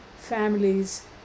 Families